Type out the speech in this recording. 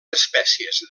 espècies